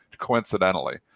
coincidentally